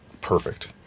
perfect